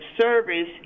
service